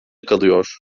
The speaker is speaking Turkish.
kalıyor